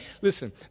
Listen